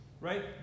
right